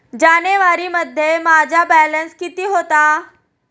जानेवारीमध्ये माझा बॅलन्स किती होता?